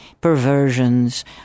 perversions